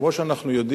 כמו שאנחנו יודעים,